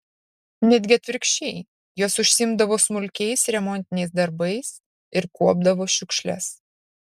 netgi atvirkščiai jos užsiimdavo smulkiais remontiniais darbais ir kuopdavo šiukšles